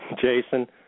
Jason